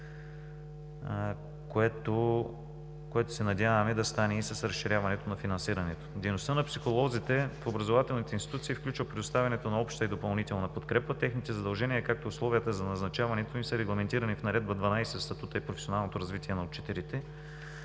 което се надяваме да стане и с разширяването на финансирането. Дейността на психолозите в образователните институции включва предоставянето на обща и допълнителна подкрепа. Техните задължения, както и условията за назначаването им, са регламентирани в Наредба № 12, в „Статута и професионалното развитие на учителите”.